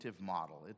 model